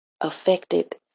affected